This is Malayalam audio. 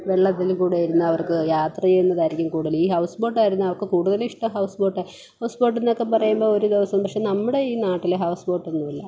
വെള്ളത്തിൽ കൂടെ ഇരുന്ന് അർക്ക് യാത്ര ചെയ്യുന്നതായിരിക്കും കൂടുതൽ ഈ ഹൗസ് ബോട്ടായിരുന്നു അവർക്ക് കൂടുതൽ ഇഷ്ട്ടം ഹൗസ് ബോട്ടാണ് ഹൗസ് ബോട്ട് എന്നൊക്കെ പറയുമ്പം ഒരു ദിവസം പക്ഷെ നമ്മുടെ ഈ നാട്ടിൽ ഹൗസ് ബോട്ടൊന്നും ഇല്ല